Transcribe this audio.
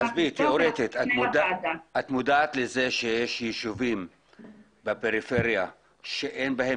תיאורטית את מודעת לזה שיש ישובים בפריפריה שאין בהם